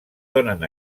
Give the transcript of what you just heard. donen